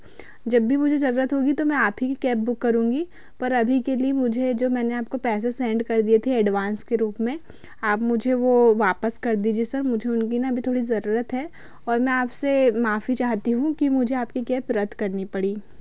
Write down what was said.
जब भी मुझे ज़रूरत होगी तो मैं आप ही की कैब बुक करुँगी पर अभी के लिए मुझे जो मैंने आपको पैसे सेंड कर दिए थे एडवांस के रुप में आप मुझे वह वापस कर दीजिए सर मुझे उनकी न अभी थोड़ी ज़रूरत है और मैं आपसे माफ़ी चाहती हूँ कि मुझे आपकी कैब रद्द करनी पड़ी